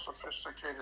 sophisticated